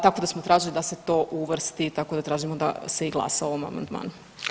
Tako da smo tražili da se to uvrsti tako da tražimo da se i glasa o ovom amandmanu.